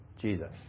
Jesus